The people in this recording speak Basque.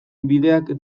bideak